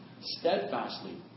steadfastly